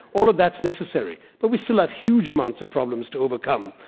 all of that is necessary, but we still have huge amounts of problems to overcome.